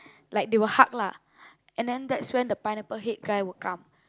like they will hug lah and then that's when the Pineapple Head guy will come